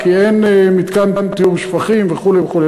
כי אין מתקן טיהור שפכים וכו' וכו',